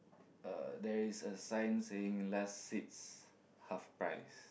uh there is a sign saying last six half price